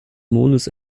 mondes